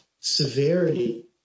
severity